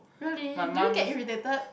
really do you get irritated